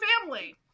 family